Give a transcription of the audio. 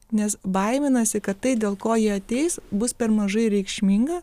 nes baiminasi kad tai dėl ko jie ateis bus per mažai reikšminga